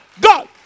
God